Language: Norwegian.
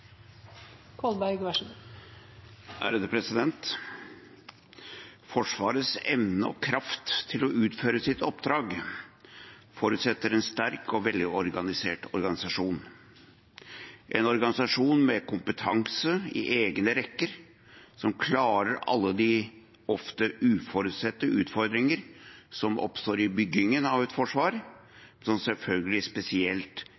velorganisert organisasjon, en organisasjon med kompetanse i egne rekker, som klarer alle de ofte uforutsette utfordringer som oppstår i byggingen av et forsvar, som selvfølgelig spesielt